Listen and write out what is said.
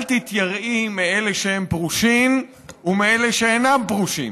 אל תתייראי מאלה שהם פרושים ומאלה שאינם פרושים,